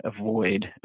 avoid